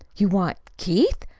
you want keith!